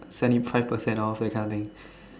seventy five percent off that kind of thing